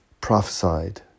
prophesied